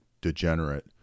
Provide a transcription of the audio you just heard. degenerate